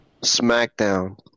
Smackdown